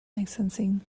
licensing